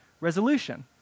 resolution